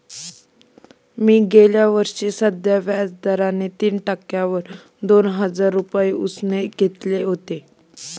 मी गेल्या वर्षी साध्या व्याज दराने तीन टक्क्यांवर दोन हजार रुपये उसने घेतले होते